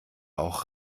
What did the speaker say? auch